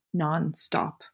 nonstop